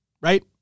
right